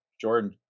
Jordan